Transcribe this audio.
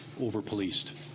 over-policed